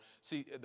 See